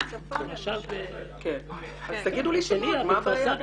תאמרו לי שמות.